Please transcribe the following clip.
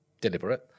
deliberate